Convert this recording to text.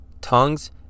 Tongues